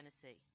tennessee